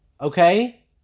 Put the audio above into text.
Okay